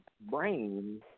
brain